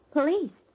Police